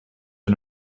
and